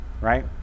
right